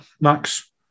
Max